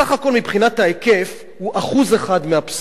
בסך הכול, מבחינת ההיקף, הוא 1% מהפסולת,